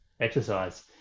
exercise